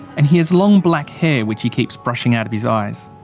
and he has long black hair which he keeps brushing out of his eyes.